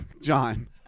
John